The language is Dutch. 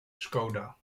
skoda